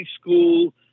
school